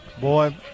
Boy